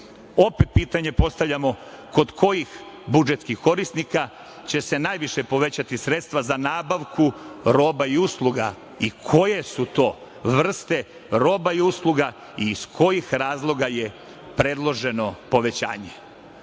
Opet pitanje postavljamo - kod kojih budžetskih korisnika će se najviše povećati sredstva za nabavku roba i usluga i koje su to vrste roba i usluga i iz kojih razloga je predloženo povećanje? Mi